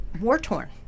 war-torn